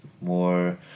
more